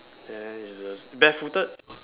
then it's the barefooted